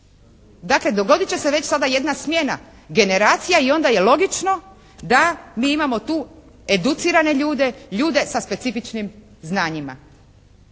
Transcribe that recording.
Dakle dogoditi će se već sada jedna smjena generacija i onda je logično da mi imamo tu educirane ljude, ljude sa specifičnim znanjima.